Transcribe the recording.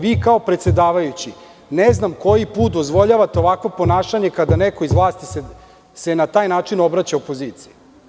Vi kao predsedavajući ne znam koji put dozvoljavate ovakvo ponašanje kada se neko iz vlasti na taj način obraća opoziciji.